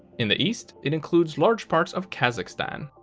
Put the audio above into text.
in the east, it includes large parts of kazakhstan,